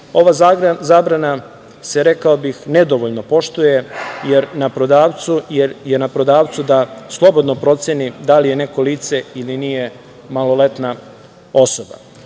ova zabrana se, rekao bih, nedovoljno poštuje, jer je na prodavcu da slobodno proceni da li je neko lice ili nije maloletna osoba. Još